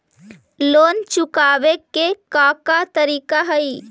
Loan चुकावे के का का तरीका हई?